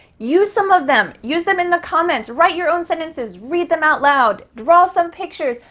use some of them. use them in the comments. write your own sentences. read them out loud. draw some pictures.